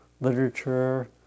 literature